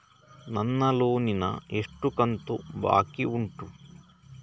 ನನ್ನ ಲೋನಿನ ಎಷ್ಟು ಕಂತು ಬಾಕಿ ಉಂಟು?